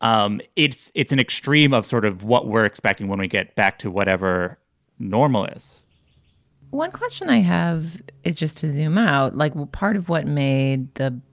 um it's it's an extreme of sort of what we're expecting when we get back to whatever normal is one question i have is just to zoom out like part of what made the.